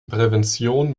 prävention